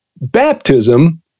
Baptism